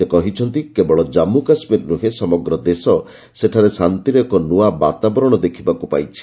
ସେ କହିଛନ୍ତି କେବଳ ଜାମ୍ମୁ କାଶ୍ମୀର ନୁହେଁ ସମଗ୍ର ଦେଶ ସେଠାରେ ଶାନ୍ତିର ଏକ ନୂଆ ବାତାବରଣ ଦେଖିବାକୁ ପାଇଛି